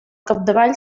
capdavall